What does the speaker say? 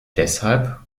deshalb